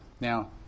Now